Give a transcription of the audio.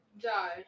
die